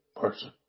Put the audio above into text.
person